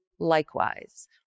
likewise